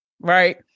right